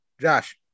josh